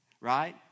right